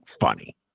funny